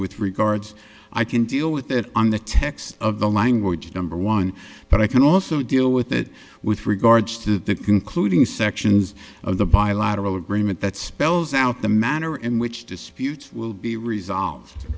with regards i can deal with it on the text of the language number one but i can also deal with it with regards to the concluding sections of the bilateral agreement that spells out the manner in which disputes will be resolved